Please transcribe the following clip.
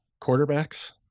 quarterbacks